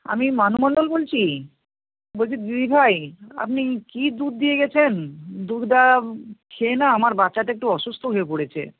আমি মানু মন্ডল বলচি বলছি দিদিভাই আপনি কী দুধ দিয়ে গেছেন দুধটা খেয়ে না আমার বাচ্চাটা একটু অসুস্থ হয়ে পড়েছে